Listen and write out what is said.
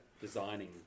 designing